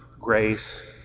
grace